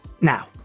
Now